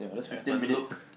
have a look